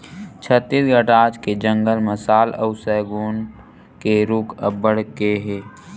छत्तीसगढ़ राज के जंगल म साल अउ सगौन के रूख अब्बड़ के हे